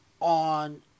on